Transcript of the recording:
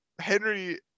Henry